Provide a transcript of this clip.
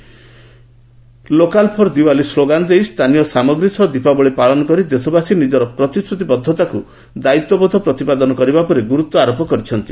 Shri Modi 'local for Diwali' slogan ଦେଇ ସ୍ଥାନୀୟ ସାମଗ୍ରୀ ସହ ଦିପାବଳୀ ପାଳନ କରି ଦେଶବାସୀ ନିଜର ପ୍ରତିଶ୍ରତିବଦ୍ଧତା ଓ ଦାୟିତ୍ୱବୋଧ ପ୍ରତିପାଦନ କରିବା ଉପରେ ଗୁରୁତ୍ୱାରୋପ କରିଛନ୍ତି